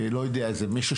איזה מין יום